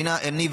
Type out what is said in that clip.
שהיה עני,